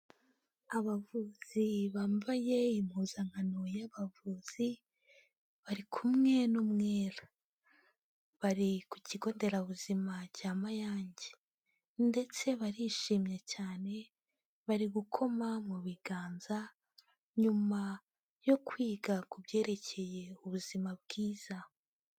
Abavuzi bambaye impuzankano y'abavuzi, bari kumwe n'umwera, bari ku kigo nderabuzima cya Mayange, ndetse barishimye cyane bari gukoma mu biganza nyuma yo kwiga ku byerekeye ubuzima bwiza.